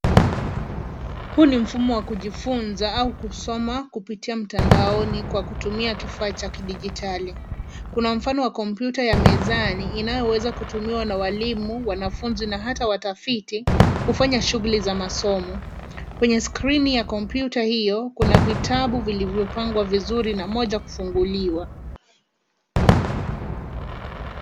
Huu ni mfumo wa kujifunza au kusoma kupitia mtandaoni kwa kutumia kifaa cha kidijitali. Kuna mfano ya kompyuta mezani inayoweza kutumiwa na walimu, wanafunzi na hata watafiti kufanya shughuli za masomo. Kwenye skrini ya kompyuta hiyo kuna vitabu vilivyopangwa vizuri na moja kufunguliwa.